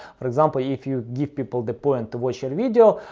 for example, if you give people the point to watch your video,